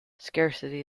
scarcity